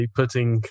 putting